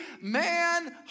man